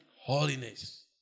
Holiness